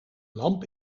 lamp